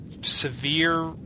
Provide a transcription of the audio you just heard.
severe